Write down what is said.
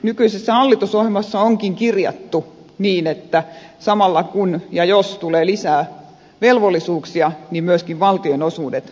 nykyisessä hallitusohjelmassa onkin kirjattu niin että samalla kun ja jos tulee lisää velvollisuuksia niin myöskin valtionosuudet lisääntyvät